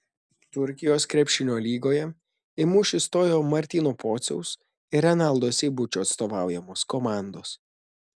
turkijos krepšinio lygoje į mūšį stojo martyno pociaus ir renaldo seibučio atstovaujamos komandos